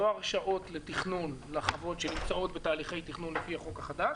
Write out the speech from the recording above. לא הרשאות לתכנון לחוות שנמצאות בתהליכי תכנון לפי החוק החדש